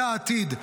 זה העתיד.